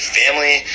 family